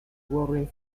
warren